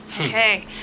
Okay